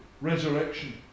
resurrection